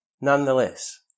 Nonetheless